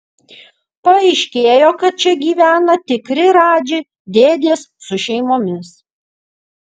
paaiškėjo kad čia gyvena tikri radži dėdės su šeimomis